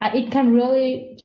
ah it can really.